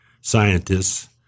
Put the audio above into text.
scientists